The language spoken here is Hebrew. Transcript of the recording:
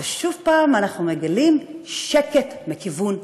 ושוב אנחנו מגלים שקט מכיוון אחד.